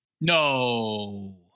No